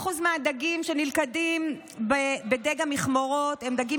80% מהדגים שנלכדים בדיג המכמורות הם דגים